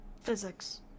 physics